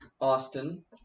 Austin